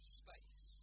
space